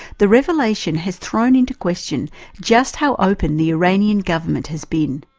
the revelation has thrown into question just how open the iranian government has been.